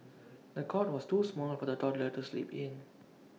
the cot was too small for the toddler to sleep in